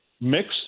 mix